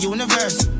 Universe